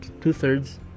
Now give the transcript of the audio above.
two-thirds